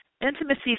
Intimacy